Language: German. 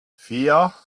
vier